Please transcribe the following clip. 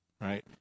right